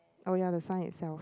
oh ya the sun itself